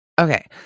Okay